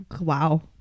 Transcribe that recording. wow